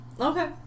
Okay